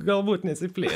galbūt nesiplėtė